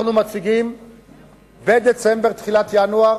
אנחנו מציגים בדצמבר, תחילת ינואר,